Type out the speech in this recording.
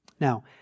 Now